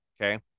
okay